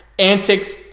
antics